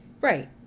right